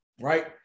right